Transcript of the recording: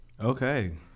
Okay